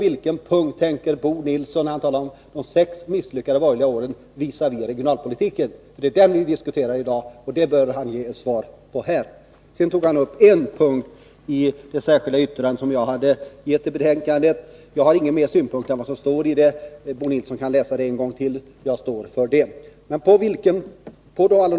Vad tänker Bo Nilsson på i regionalpolitiken, när han talar om de sex misslyckade borgerliga åren, för det är den som vi diskuterar i dag? Den frågan bör han ge ett svar på här. Bo Nilsson tog upp en punkt i det särskilda yttrande som jag har fogat till betänkandet. Jag har ingen mer synpunkt att anföra än det som står där. Bo Nilsson kan läsa det särskilda yttrandet en gång till — jag står för det.